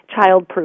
childproof